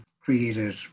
created